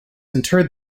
interred